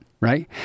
right